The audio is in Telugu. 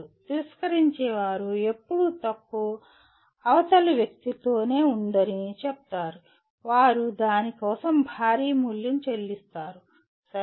తిరస్కరించేవారు ఎప్పుడూ తప్పు అవతలి వ్యక్తితోనే ఉంటుందని చెప్తారు వారు దాని కోసం భారీ మూల్యం చెల్లిస్తారు సరేనా